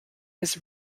his